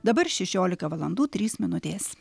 dabar šešiolika valandų trys minutės